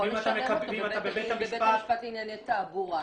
אתה יכול לשלם את הקנס בבית המשפט לענייני תעבורה.